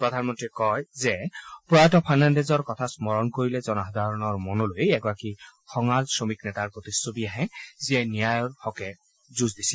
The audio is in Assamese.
শ্ৰীমোদীয়ে কয় যে প্ৰয়াত ফাৰ্ণাণ্ডেজৰ কথা স্মৰণ কৰিলে জনসাধাৰণৰ মনলৈ এগৰাকী খঙাল শ্ৰমিক নেতাৰ প্ৰতিচ্ছবি আহে যিয়ে ন্যায়ৰ হকে যুঁজ দিছিল